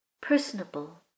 personable